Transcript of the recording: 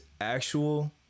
actual